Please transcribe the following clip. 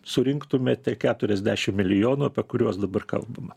surinktumėte keturiasdešim milijonų apie kuriuos dabar kalbama